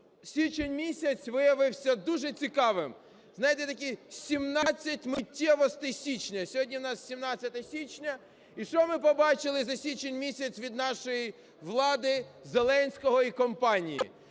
Січень місяць виявився дуже цікавим. Знаєте, такі 17 миттєвостей січня, сьогодні у нас 17 січня. І що ми побачили за січень місяць від нашої влади, Зеленського і компанії?